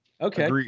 okay